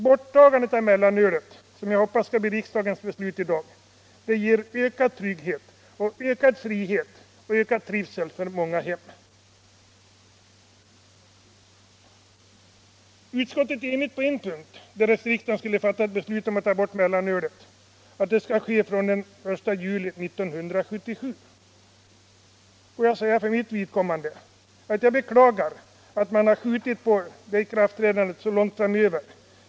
Borttagandet av mellanölet — jag hoppas att det skall bli riksdagens beslut i dag — ger ökad trygghet, ökad frihet och ökad trivsel för många hem. Utskottet är enigt på en punkt — därest riksdagen skulle fatta ett beslut att ta bort mellanölet skall detta ske fr.o.m. den 1 juli 1977. Jag beklagar att man skjutit ikraftträdandet så långt framöver.